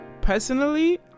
personally